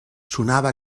sonava